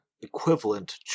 equivalent